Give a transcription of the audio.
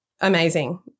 amazing